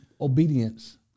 obedience